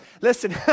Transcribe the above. listen